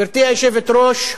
גברתי היושבת-ראש,